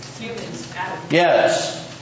Yes